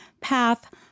path